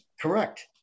Correct